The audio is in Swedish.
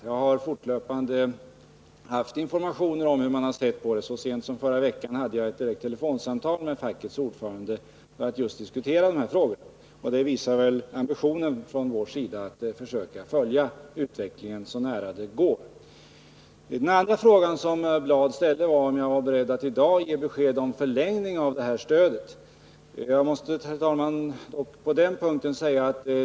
Jag har fortlöpande fått informationer om hur man där ser på problemen, och jag hade så sent som förra veckan ett telefonsamtal med fackets ordförande för att diskutera dessa frågor. Det visar väl ambitionen på vårt håll att följa utvecklingen så nära som det går. Den andra frågan som Lennart Bladh ställde var om jag i dag var beredd att ge något besked om en förlängning av det utgående stödet.